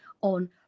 on